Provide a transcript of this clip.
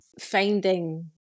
finding